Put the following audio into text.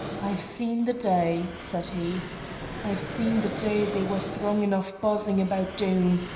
i've seen the day, said he i've seen the day they were throng enough buzzing about doom,